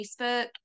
Facebook